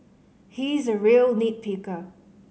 he is a real nit picker